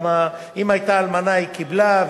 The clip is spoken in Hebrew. כי אם היתה אלמנה היא קיבלה,